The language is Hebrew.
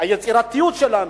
היצירתיות שלנו,